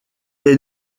est